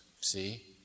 See